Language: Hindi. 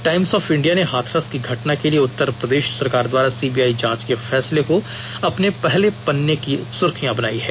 टाईम्स ऑफ इंडिया ने हाथरस की घटना के लिए उत्तर प्रदेश सरकार द्वारा सीबीआई जांच के फैसले को अपने पहले पन्ने की सुर्खियां बनाई है